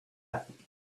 happen